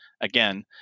Again